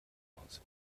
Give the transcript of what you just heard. aus